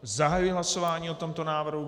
Zahajuji hlasování o tomto návrhu.